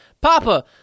Papa